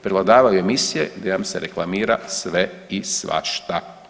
Prevladavaju emisije gdje vam se reklamira sve i svašta.